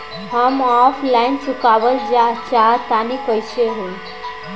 हम offline loan चुकावल चाहऽ तनि कइसे होई?